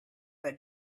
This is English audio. that